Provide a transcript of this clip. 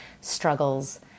struggles